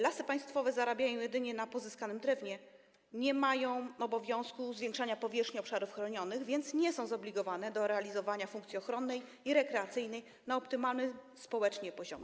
Lasy Państwowe zarabiają jedynie na pozyskanym drewnie, nie mają obowiązku zwiększania powierzchni obszarów chronionych, więc nie są zobligowane do realizowania funkcji ochronnej i rekreacyjnej na optymalnym społecznie poziomie.